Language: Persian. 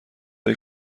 های